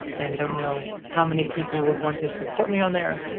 and don't know how many people would want to support me on there.